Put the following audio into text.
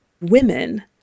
Women